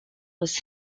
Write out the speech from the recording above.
was